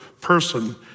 person